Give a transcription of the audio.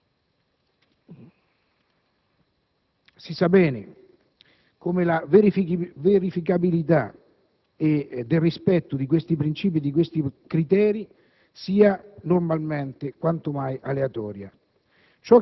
Si sa bene come la verificabilità del rispetto di questi princìpi e di questi criteri sia normalmente quanto mai aleatoria.